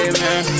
Amen